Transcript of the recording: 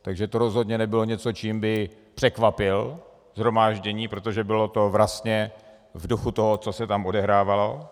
Takže to rozhodně nebylo něco, čím by překvapil shromáždění, protože to bylo vlastně v duchu toho, co se tam odehrávalo.